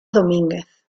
domínguez